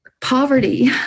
poverty